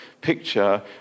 Picture